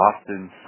often